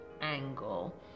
angle